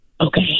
Okay